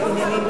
מה אתה אומר?